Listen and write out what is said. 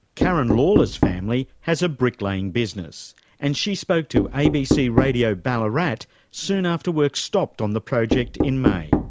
karen lawler's family has a bricklaying business and she spoke to abc radio ballarat soon after work stopped on the project in may.